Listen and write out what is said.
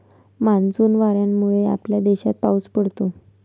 monsoon वाऱ्यांमुळे आपल्या देशात पाऊस पडतो